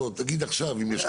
בוא תגיד עכשיו אם יש חסמים.